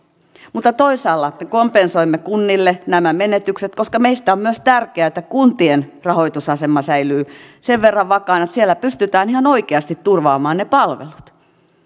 mutta toisaalla me kompensoimme kunnille nämä menetykset koska meistä on myös tärkeää että kuntien rahoitusasema säilyy sen verran vakaana että siellä pystytään ihan oikeasti turvaamaan ne palvelut